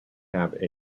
have